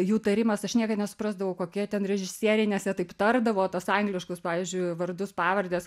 jų tarimas aš niekad nesuprasdavau kokie ten režisieriai nes jie taip tardavo tuos angliškus pavyzdžiui vardus pavardes